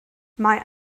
mae